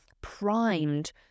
primed